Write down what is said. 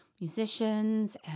musicians